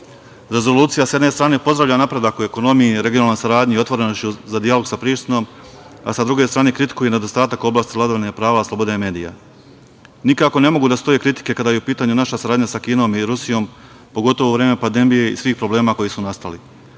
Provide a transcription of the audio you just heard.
Rezolucija, sa jedne strane pozdravlja napredak u ekonomiji i regionalnoj saradnji, i otvorena za dijalog sa Prištinom, a sa druge strane kritikuje nedostatak u oblasti vladavine prava, slobode i medija. Nikako ne mogu da stoje kritike, kada je u pitanju naša saradnja sa Kinom i Rusijom, pogotovo u vreme pandemije i svih problema koji su nastali.